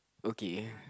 okay